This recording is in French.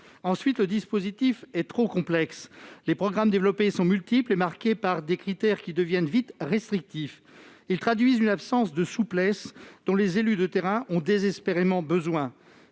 Ensuite, le dispositif est trop complexe : les programmes développés sont multiples et marqués par des critères qui deviennent vite restrictifs. Ils traduisent une absence de souplesse, dont les élus de terrain ont désespérément besoin.